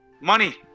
Money